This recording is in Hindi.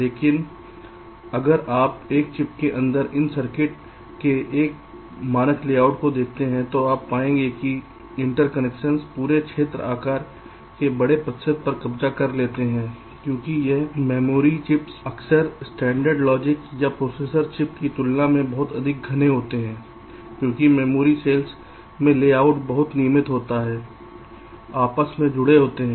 लेकिन अगर आप एक चिप के अंदर इन सर्किट के इस मानक लेआउट को देखते हैं तो आप पाएंगे कि इंटरकनेक्शन्स पूरे क्षेत्र आकार के बड़े प्रतिशत पर कब्जा कर लेते हैं क्योंकि यह मेमोरी चिप्स अक्सर स्टैंडर्ड लॉजिक या प्रोसेसर चिप्स की तुलना में बहुत अधिक घने होते हैं क्योंकि मेमोरी सेल्स में लेआउट बहुत नियमित होता है आपस में जुड़े होते हैं